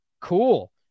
Cool